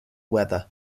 weather